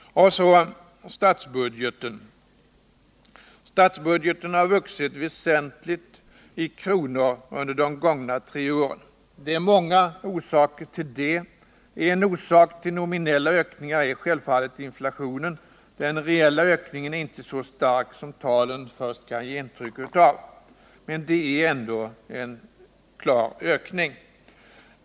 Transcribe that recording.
Och så statsbudgeten! Statsbudgeten har vuxit väsentligt i kronor under de gångna tre åren. Det är många orsaker till det. En orsak till nominella ökningar är självfallet inflationen, den reella ökningen är inte så stark som talen först kan ge intryck av. Men det är ändå en klar ökning.